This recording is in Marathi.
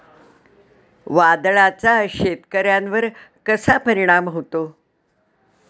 वादळाचा शेतकऱ्यांवर कसा परिणाम होतो?